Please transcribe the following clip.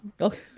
Okay